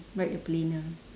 ride the plane ah